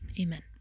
Amen